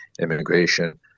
immigration